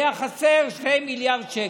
היו חסרים 2 מיליארד שקל,